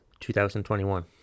2021